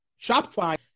Shopify